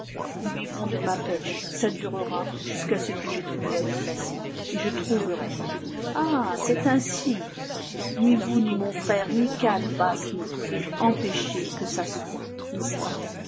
nous vivrons de ma pêche ça durera jusqu'à ce que j'aie trouvé à les placer et je trouverai ah c'est ainsi ni vous ni mon frère ni calebasse ne pouvez empêcher que ça soit n'est-ce pas